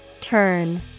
Turn